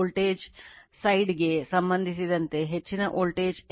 5 15